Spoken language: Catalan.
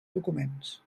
documents